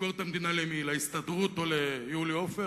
למכור את המדינה למי, להסתדרות או ליולי עופר?